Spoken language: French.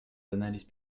analyses